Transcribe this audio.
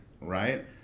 right